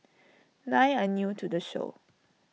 nine are new to the show